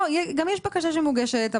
לא גם יש בקשה שמוגשת.